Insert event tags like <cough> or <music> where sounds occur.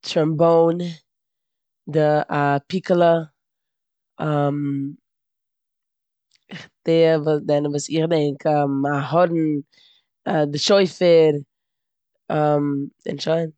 טראמבאן, די- א פיקאלא, <hesitation> דאס זענען וואס איך געדענק. א הארן, א שופר און שוין.